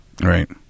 Right